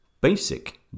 basic